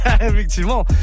Effectivement